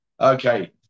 Okay